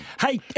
Hey